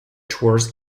tours